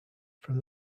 from